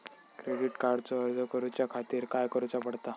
Credit कार्डचो अर्ज करुच्या खातीर काय करूचा पडता?